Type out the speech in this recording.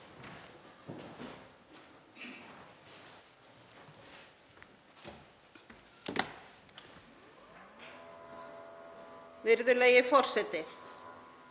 Virðulegi forseti.